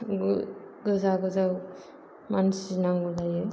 गोजौ गोजौ मानसि नांगौ जायो